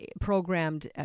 programmed